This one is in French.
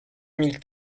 mille